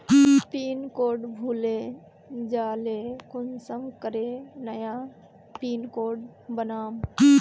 Pin code भूले जाले कुंसम करे नया पिन कोड बनाम?